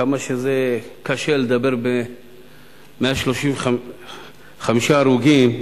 כמה שזה קשה לדבר באחוזים, 135 הרוגים,